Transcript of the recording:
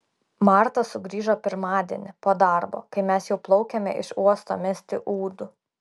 marta sugrįžo pirmadienį po darbo kai mes jau plaukėme iš uosto mesti ūdų